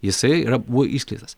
jisai yra buvoišskleistas